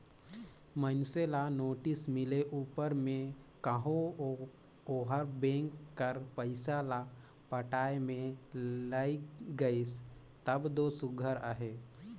मइनसे ल नोटिस मिले उपर में कहो ओहर बेंक कर पइसा ल पटाए में लइग गइस तब दो सुग्घर अहे